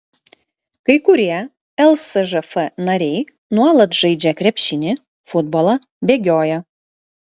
kai kurie lsžf nariai nuolat žaidžia krepšinį futbolą bėgioja